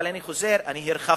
אני הרחבתי,